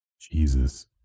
Jesus